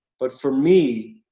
but for me,